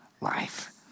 life